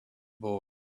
boy